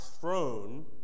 throne